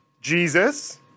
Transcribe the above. Jesus